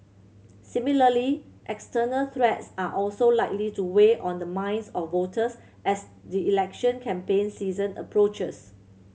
similarly external threats are also likely to weigh on the minds of voters as the election campaign season approaches